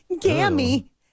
Gammy